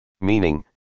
Meaning